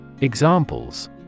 Examples